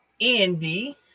Andy